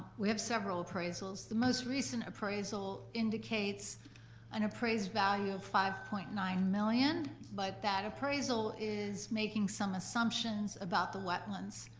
we have several appraisals. the most recent appraisal indicates an appraised value of five point nine million, but that appraisal is making some assumptions about the wetlands.